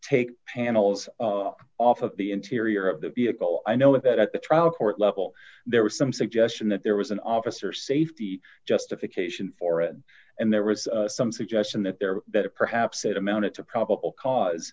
take panels off of the interior of the vehicle i know of at the trial court level there was some suggestion that there was an officer safety justification for it and there was some suggestion that there better perhaps it amounted to probable cause